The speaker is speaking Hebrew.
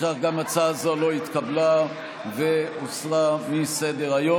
לפיכך גם הצעה זו לא התקבלה והוסרה מסדר-היום.